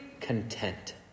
content